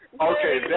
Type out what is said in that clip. Okay